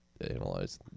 analyze